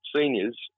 seniors